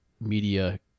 media